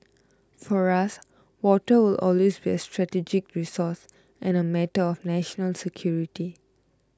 for us water will always be a strategic resource and a matter of national security